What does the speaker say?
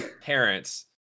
parents